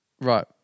Right